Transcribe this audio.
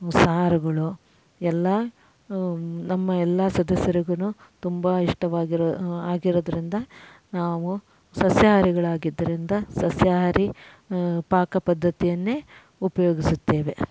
ಸಾರುಗಳು ಎಲ್ಲ ನಮ್ಮ ಎಲ್ಲ ಸದಸ್ಯರಿಗೂ ತುಂಬ ಇಷ್ಟವಾಗಿರೋ ಆಗಿರೋದ್ರಿಂದ ನಾವು ಸಸ್ಯಹಾರಿಗಳಾಗಿದ್ದರಿಂದ ಸಸ್ಯಹಾರಿ ಪಾಕ ಪದ್ದತಿಯನ್ನೇ ಉಪಯೋಗಿಸುತ್ತೇವೆ